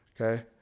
Okay